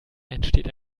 entsteht